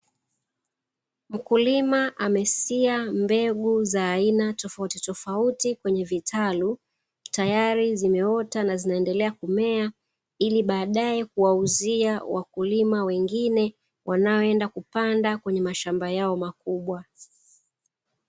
Mkulima amesia mbegu tofautitofauti kwenye vitalu na zimeanza kumea tayari kuwauzia watu wanaoenda kupanda kwenye mashamba yao makubwa